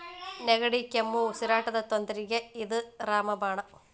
ನೆಗಡಿ, ಕೆಮ್ಮು, ಉಸಿರಾಟದ ತೊಂದ್ರಿಗೆ ಇದ ರಾಮ ಬಾಣ